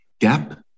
gap